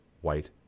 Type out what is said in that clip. white